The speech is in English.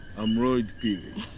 i'm lloyd phiri.